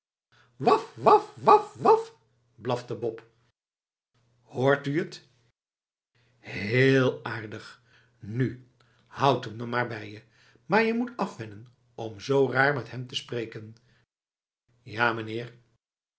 waf waf waf waf blafte bop hoort u t heel aardig nu houd hem dan maar bij je maar je moet je afwennen om zoo raar met hem te spreken ja meneer